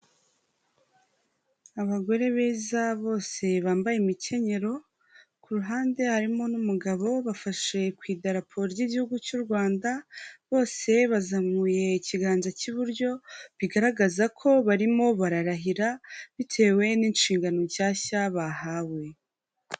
Abagore beza bose bambaye imikenyero, ku ruhande harimo n'umugabo, bafashe ku idaraporo ry'igihugu cy'u Rwanda, bose bazamuye ikiganza cy'iburyo bigaragaza ko barimo bararahira, bitewe n'inshingano nshyashya bahawe.